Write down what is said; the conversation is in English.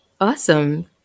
Awesome